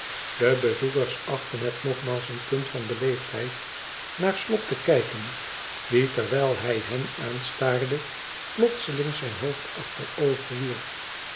de bezoekers achtten het nogmaals een punt van beleefdheid naar slop te kijken die terwijl hij hen aanstaarde plotseling zijn hoofd achterover